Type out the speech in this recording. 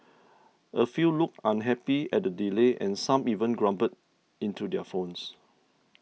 a few looked unhappy at the delay and some even grumbled into their phones